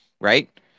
right